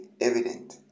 evident